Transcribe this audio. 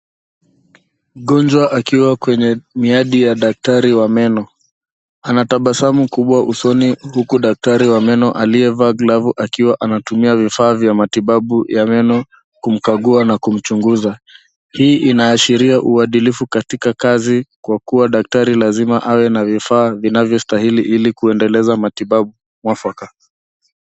Mgonjwa akiwa kwenye miadi ya daktari wa meno. Anatabasamu kubwa usoni huku daktari wa meno aliye vaa glavu akiwa anatumia vifaa vya matibabu ya meno kumkagua na kumchunguza. Hii inashiria uadilifu katika kazi kwa kuwa daktari lazima awe na vifaa vinavyostahili ili kuendeleza matibabu mwafaka.